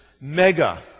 mega